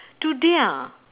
today ah